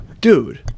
Dude